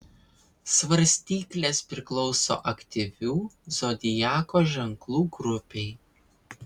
svarstyklės priklauso aktyvių zodiako ženklų grupei